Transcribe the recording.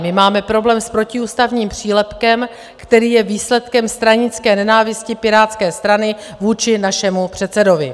My máme problém s protiústavním přílepkem, který je výsledkem stranické nenávisti Pirátské strany vůči našemu předsedovi.